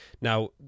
Now